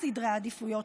נתניהו,